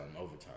overtime